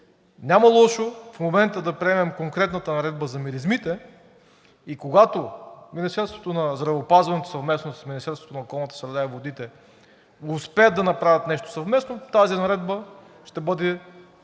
Няма лошо в момента да приемем конкретната Наредба за миризмите и когато Министерството на здравеопазването заедно с Министерството на околната среда и водите успеят да направят нещо съвместно, тази наредба ще бъде